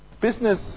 business